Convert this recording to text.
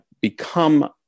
become